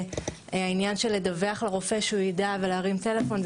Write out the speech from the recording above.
והעניין של לדווח לרופא כדי שהוא יידע ולהרים טלפון,